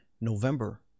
November